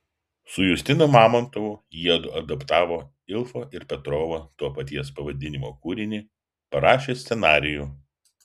su justinu mamontovu jiedu adaptavo ilfo ir petrovo to paties pavadinimo kūrinį parašė scenarijų